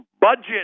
budget